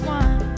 one